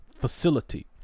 facility